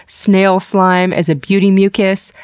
snail slime as a beauty mucus.